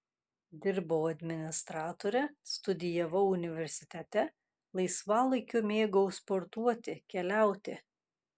dirbau administratore studijavau universitete laisvalaikiu mėgau sportuoti keliauti